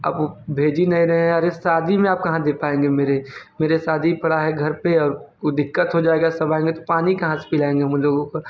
अब वो भेज ही नहीं रहे है अरे शादी में कहाँ दे पाएंगे मेरे मेरे शादी पड़ा है घर पे और उ दिक़्क़त हो जाएगा सब आएंगे तो पानी कहाँ से पिलाएँगे उन लोगों को